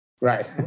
Right